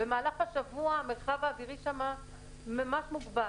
במהלך השבוע המרחב האווירי שם ממש מוגבל.